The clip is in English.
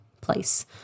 place